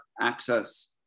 access